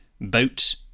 boat